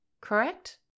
correct